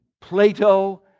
Plato